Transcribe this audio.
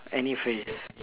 any phrase